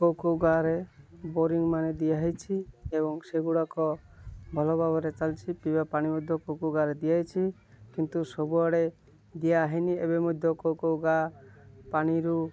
କେଉଁ କେଉଁ ଗାଁରେ ବୋରିଂ ମାନେ ଦିଆ ହେଇଛି ଏବଂ ସେଗୁଡ଼ିକ ଭଲ ଭାବରେ ଚାଲିଛି ପିଇବା ପାଣି ମଧ୍ୟ କେଉଁ କେଉଁ ଗାଁରେ ଦିଆ ହେଇଛି କିନ୍ତୁ ସବୁଆଡ଼େ ଦିଆ ହେଇନି ଏବେ ମଧ୍ୟ କେଉଁ କେଉଁ ଗାଁ ପାଣିରୁ